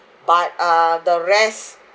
but uh the rest